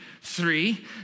three